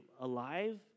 alive